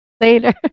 later